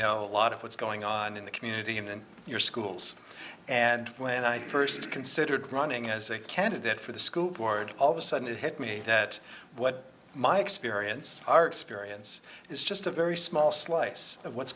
know a lot of what's going on in the community and in your schools and when i first considered running as a candidate for the school board all of a sudden it hit me that what my experience our experience is just a very small slice of what's